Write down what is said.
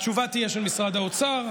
התשובה תהיה של משרד האוצר,